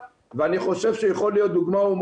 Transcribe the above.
הזה יכול להיות ארגון עם אלפי בני נוער.